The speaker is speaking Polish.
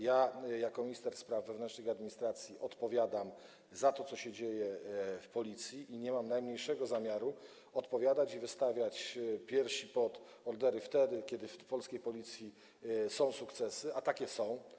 Jako minister spraw wewnętrznych i administracji odpowiadam za to, co się dzieje w Policji i nie mam najmniejszego zamiaru wystawiać piersi do orderów tylko wtedy, kiedy w polskiej Policji są sukcesy, a takie są.